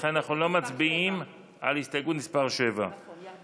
לכן אנחנו לא מצביעים על הסתייגות מס' 7. למה?